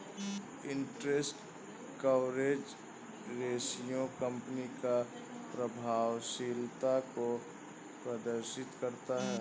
interest coverage ratio company की प्रभावशीलता को प्रदर्शित करता है